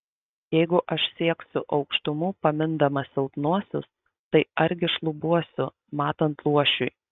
jeigu aš sieksiu aukštumų pamindamas silpnuosius tai argi šlubuosiu matant luošiui